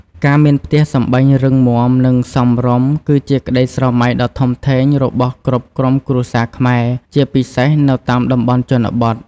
ការមានផ្ទះសម្បែងរឹងមាំ និងសមរម្យ គឺជាក្ដីស្រមៃដ៏ធំធេងរបស់គ្រប់ក្រុមគ្រួសារខ្មែរ ជាពិសេសនៅតាមតំបន់ជនបទ។